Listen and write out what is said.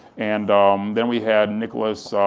and um then we had nicholas?